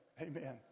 Amen